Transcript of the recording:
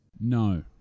No